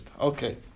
Okay